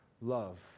love